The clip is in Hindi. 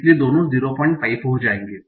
इसलिए दोनों 05 हो जाएंगे